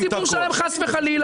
אני לא הופך ציבור שלם חס וחלילה,